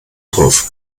drauf